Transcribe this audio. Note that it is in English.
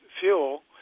fuel